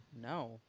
No